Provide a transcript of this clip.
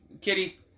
Kitty